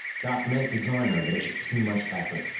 doc meant to join her, but it was too much effort.